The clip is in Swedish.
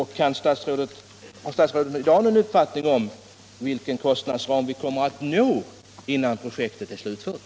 Har statsrådet i dag någon uppfattning om vilken kostnadsram vi kommer att få innan projektet är fullföljt?